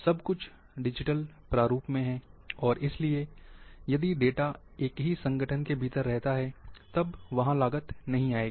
सब कुछ डिजिटल प्रारूप में है और इसलिए यदि डेटा एक ही संगठन के भीतर रहता है तब वहाँ लागत नहीं आएगी